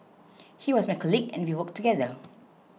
he was my colleague and we worked together